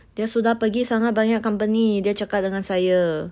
dia sudah pergi sangat banyak company dia cakap dengan saya